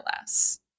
less